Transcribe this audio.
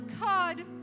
god